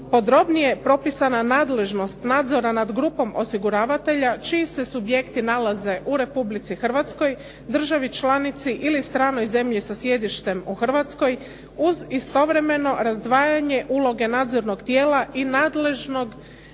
podrobnije propisana nadležnost nadzora nad grupom osiguravatelja čiji se subjekti nalaze u Republici Hrvatskoj, državi članici ili stranoj zemlji sa sjedištem u Hrvatskoj, uz istovremeno razdvajanje uloge nadzornog tijela i nadležnog